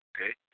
Okay